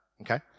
okay